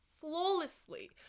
flawlessly